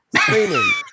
screaming